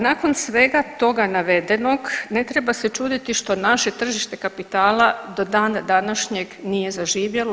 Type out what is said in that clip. Nakon svega toga navedenog ne treba se čuditi što naše tržište kapitala do dana današnjeg nije zaživjelo.